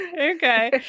okay